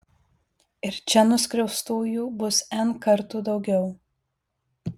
ir čia nuskriaustųjų bus n kartų daugiau